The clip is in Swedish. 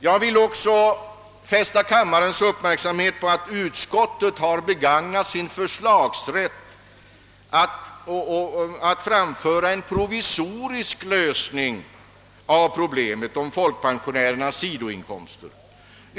Jag vill också fästa kammarledamöternas uppmärksamhet på att utskottet begagnat sin förslagsrätt och framfört ett förslag till provisorisk lösning av problemet med folkpensionärernas sidoinkomster.